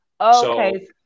Okay